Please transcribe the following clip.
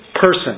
person